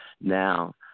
now